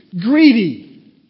Greedy